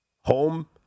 Home